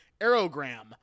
Aerogram